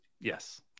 yes